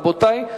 רבותי.